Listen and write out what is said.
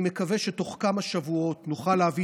אני מקווה שתוך כמה שבועות נוכל להביא